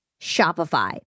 Shopify